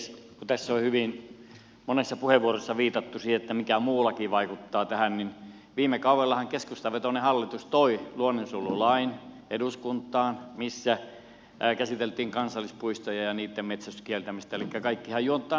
kun tässä on hyvin monessa puheenvuorossa viitattu siihen mikä muu laki vaikuttaa tähän niin viime kaudellahan keskustavetoinen hallitus toi eduskuntaan luonnonsuojelulain missä käsiteltiin kansallispuistoja ja niitten metsästyksen kieltämistä eli kaikkihan juontaa sieltä